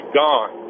gone